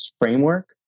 framework